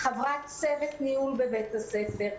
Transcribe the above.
חברת צוות ניהול בבית הספר.